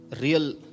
real